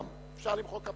אפשר למחוא כפיים.